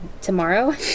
tomorrow